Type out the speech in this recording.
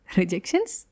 rejections